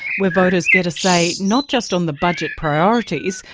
where voters get a say not just on the budget priorities,